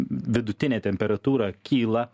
vidutinė temperatūra kyla